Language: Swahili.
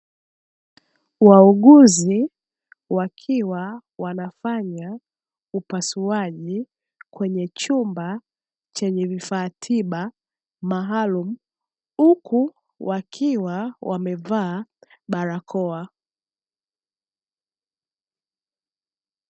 Wauguzi wakiwa wanafanya upasuaji, kwenye chumba chenye vifaa tiba maalumu, huku wakiwa wamevaa barakoa.